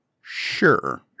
Sure